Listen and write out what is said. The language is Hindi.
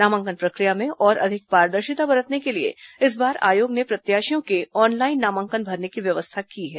नामांकन प्रक्रिया में और अधिक पारदर्शिता बरतने के लिए इस बार आयोग ने प्रत्याशियों के ऑनलाइन नामांकन भरने की व्यवस्था की है